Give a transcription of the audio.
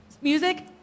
Music